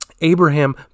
Abraham